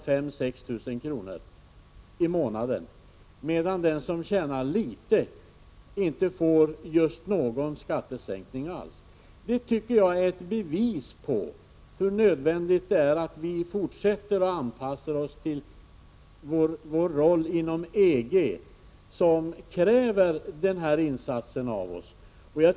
i månaden för dem som tjänar mycket. Den som tjänar litet däremot får inte just någon skattesänkning alls. Detta tycker jag är ett bevis på hur nödvändigt det är att vi fortsätter att anpassa oss till vår roll inom EG, som kräver denna insats av oss.